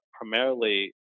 primarily